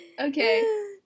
Okay